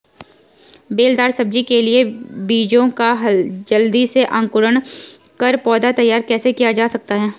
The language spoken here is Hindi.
बेलदार सब्जी के बीजों का जल्दी से अंकुरण कर पौधा तैयार कैसे किया जा सकता है?